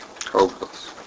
Hopeless